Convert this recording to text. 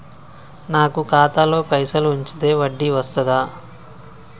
నాకు ఖాతాలో పైసలు ఉంచితే వడ్డీ వస్తదా?